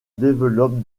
développe